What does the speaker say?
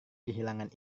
kehilangan